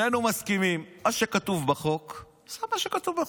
שנינו מסכימים, מה שכתוב בחוק זה מה שכתוב בחוק.